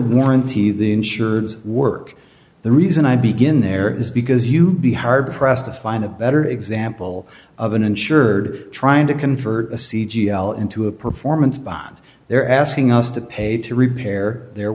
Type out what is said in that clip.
warranty the insureds work the reason i begin there is because you be hard pressed to find a better example of an insured trying to convert a c g l into a performance bond they're asking us to pay to repair their